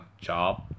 job